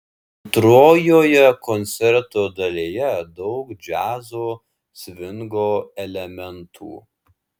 antrojoje koncerto dalyje daug džiazo svingo elementų